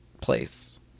place